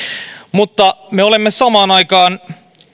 mutta me olemme samaan aikaan